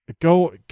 go